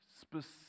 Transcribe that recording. specific